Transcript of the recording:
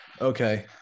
okay